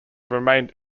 remained